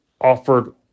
offered